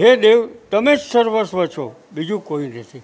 હે દેવ તમે સર્વસ્વ છો બીજું કોઈ નથી